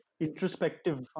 introspective